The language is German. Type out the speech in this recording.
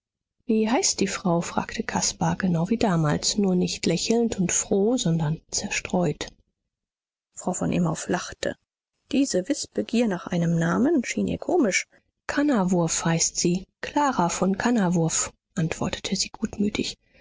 wie heißt die frau fragte caspar genau wie damals nur nicht lächelnd und froh sondern zerstreut frau von imhoff lachte diese wißbegier nach einem namen erschien ihr komisch kannawurf heißt sie clara von kannawurf antwortete sie gutmütig